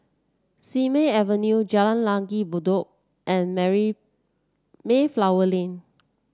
Simei Avenue Jalan Langgar Bedok and marry Mayflower Lane